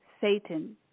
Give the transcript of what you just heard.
Satan